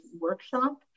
workshop